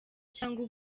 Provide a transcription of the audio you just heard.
cyangwa